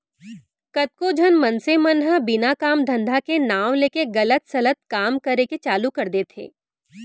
कतको झन मनसे मन ह बिना काम धंधा के नांव लेके गलत सलत काम करे के चालू कर देथे